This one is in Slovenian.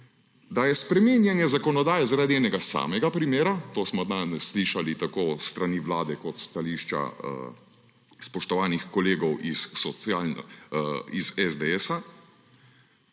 da je spreminjanje zakonodaje zaradi enega samega primera, to smo danes slišali tako s strani Vlade kot stališča spoštovanih kolegov iz SDS-a,